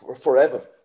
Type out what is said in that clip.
Forever